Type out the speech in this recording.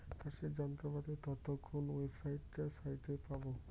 চাষের যন্ত্রপাতির তথ্য কোন ওয়েবসাইট সাইটে পাব?